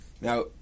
Now